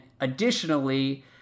additionally